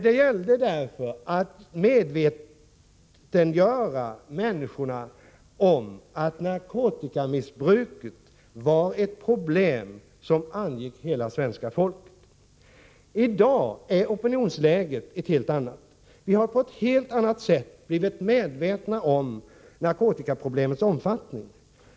Det gällde att medvetandegöra människorna om att narkotikamissbruket var ett problem som angick hela svenska folket. I dag är opinionsläget ett helt annat. Vi har på ett helt annat sätt blivit medvetna om narkotikaproblemets omfattning.